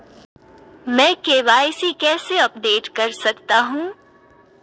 मैं के.वाई.सी कैसे अपडेट कर सकता हूं?